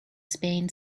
spain